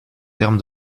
terme